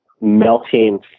melting